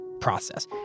process